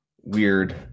weird